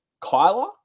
Kyler